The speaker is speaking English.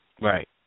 Right